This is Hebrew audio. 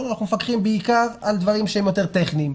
אלא מפקחים בעיקר על דברים שהם יותר טכניים,